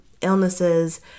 illnesses